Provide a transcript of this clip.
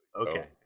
Okay